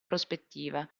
prospettiva